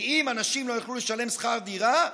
כי אם אנשים לא יוכלו לשלם שכר דירה,